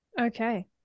Okay